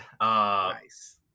Nice